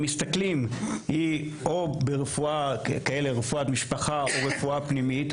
אם מסתכלים או ברפואת משפחה או רפואה פנימית,